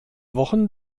wochen